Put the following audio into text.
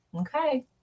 Okay